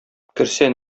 керсә